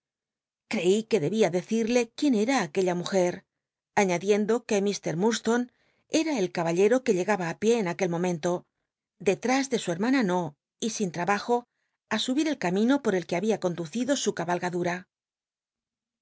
creí que debía decir le quién era aquella mujci alíad iemlo que k lllil lslone era el caballero que llegaba á pié en aquel momento dellás de su hermana no y sin trabaj o subi r el camino por el que habia conducido su cabalgadul'a